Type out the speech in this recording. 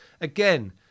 Again